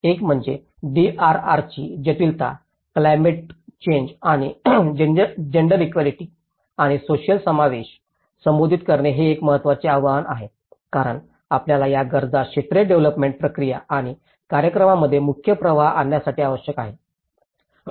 एक म्हणजे डीआरआरची जटिलता क्लायमेटातील चेंज आणि जेन्डर इक्यालिटी आणि सोसिअल समावेशास संबोधित करणे हे एक महत्त्वाचे आव्हान आहे कारण आपल्याला या गरजा क्षेत्रीय डेव्हलोपमेंट प्रक्रिया आणि कार्यक्रमांमध्ये मुख्य प्रवाहात आणण्याची आवश्यकता आहे